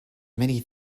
many